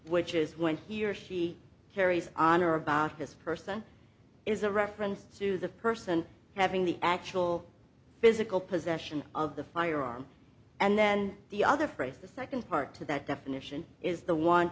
which is when he or she carries on or about his person is a reference to the person having the actual physical possession of the firearm and then the other phrase the second part to that definition is the